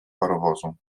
parowozu